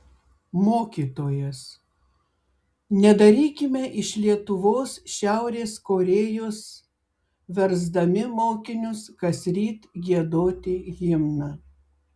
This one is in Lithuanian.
mokytojas nedarykime iš lietuvos šiaurės korėjos versdami mokinius kasryt giedoti himną